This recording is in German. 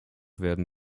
werden